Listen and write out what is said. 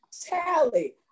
Tally